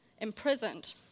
imprisoned